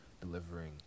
delivering